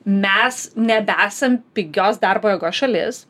mes nebesam pigios darbo jėgos šalis